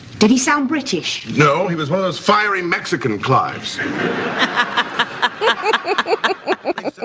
did he sound british? no, he was his fiery mexican clives i so